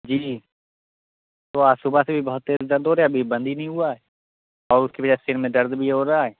جی تو آج صبح سے بھی بہت تیز درد ہو ریا ہے ابھی بند بھی نہیں ہوا اور اس کی وجہ سے سر میں درد بھی ہو رہا ہے